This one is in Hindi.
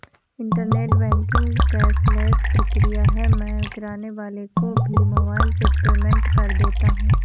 इन्टरनेट बैंकिंग कैशलेस प्रक्रिया है मैं किराने वाले को भी मोबाइल से पेमेंट कर देता हूँ